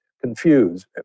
confused